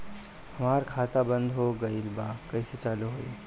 हमार खाता बंद हो गइल बा कइसे चालू होई?